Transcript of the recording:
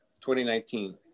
2019